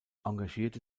engagierte